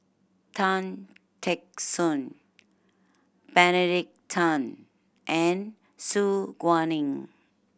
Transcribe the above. Tan Teck Soon Benedict Tan and Su Guaning